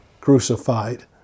crucified